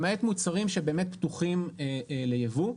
למעט מוצרים שבאמת פתוחים ליבוא.